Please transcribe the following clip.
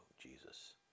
Jesus